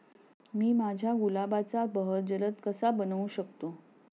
मी माझ्या गुलाबाचा बहर जलद कसा बनवू शकतो?